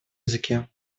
языке